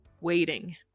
waiting